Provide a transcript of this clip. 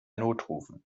notrufen